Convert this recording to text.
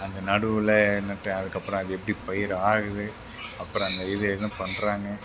அந்த நடுவில் நின்றுட்டு அதுக்கப்புறம் அது எப்படி பயிர் ஆகுது அப்புறம் அந்த இது என்ன பண்ணுறாங்க